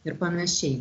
ir panašiai